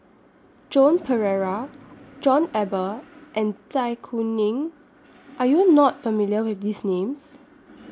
Joan Pereira John Eber and Zai Kuning Are YOU not familiar with These Names